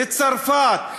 לצרפת,